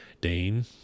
Dane